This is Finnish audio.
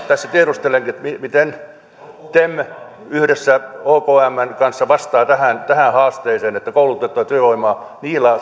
tässä tiedustelenkin miten tem yhdessä okmn kanssa vastaa tähän tähän haasteeseen että koulutettua työvoimaa